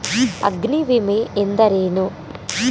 ಅಗ್ನಿವಿಮೆ ಎಂದರೇನು?